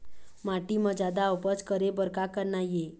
माटी म जादा उपज करे बर का करना ये?